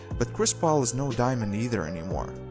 but chris paul is no diamond either anymore.